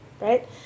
Right